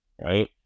Right